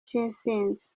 cy’intsinzi